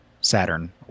Saturn